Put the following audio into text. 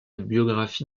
biographie